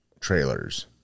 trailers